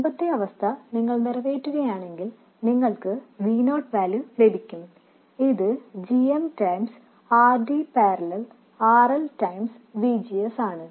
മുമ്പത്തെ അവസ്ഥ നിങ്ങൾ നിറവേറ്റുകയാണെങ്കിൽ നിങ്ങൾക്ക് V naught വാല്യൂ ലഭിക്കും അത് g m ഗുണനം RD പാരലൽ RL ഗുണനം VGS ആണ്